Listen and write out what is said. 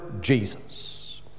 Jesus